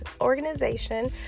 organization